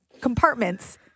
compartments